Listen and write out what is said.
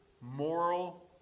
moral